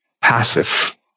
passive